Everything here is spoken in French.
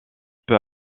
peut